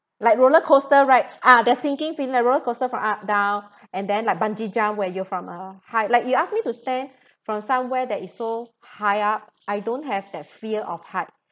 like rollercoaster ride uh the sinking feeling from rollercoaster from up down and then like bungee jump where you're from a high like you ask me to stand from somewhere that is so high up I don't have that fear of height